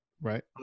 Right